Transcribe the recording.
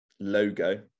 logo